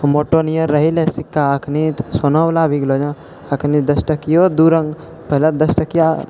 मोटऽ निए रहै लऽ सिक्का एखन तऽ सोनावला आबि गेलै एखन दस टकिओ दू रङ्ग पहिले दस टकिआ